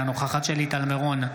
אינה נוכחת שלי טל מירון,